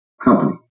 company